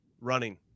running